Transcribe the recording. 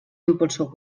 impulsor